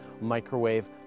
microwave